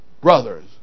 brothers